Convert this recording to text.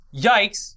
yikes